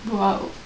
!wow!